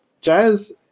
Jazz